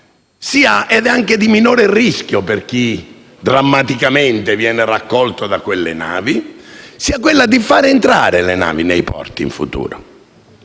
che peraltro è di minore rischio per chi drammaticamente viene raccolto da quelle navi, sia fare entrare le navi nei porti in futuro,